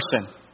person